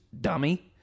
dummy